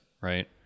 right